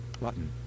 Button